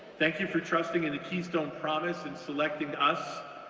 thank you for trusting in the keystone promise and selecting us,